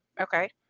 Okay